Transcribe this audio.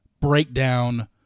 breakdown